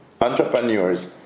entrepreneurs